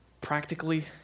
Practically